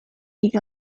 take